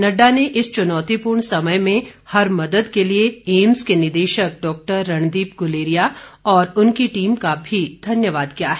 नड्डा ने इस चुनौतीपूर्ण समय में हर मदद के लिए एम्स के निदेशक डॉक्टर रणदीप गुलेरिया और उनकी टीम का भी धन्यवाद किया है